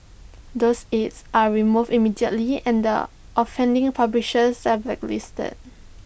those ads are removed immediately and the offending publishers are blacklisted